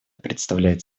представляет